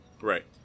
Right